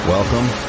Welcome